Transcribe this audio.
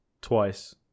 twice